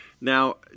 Now